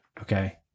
Okay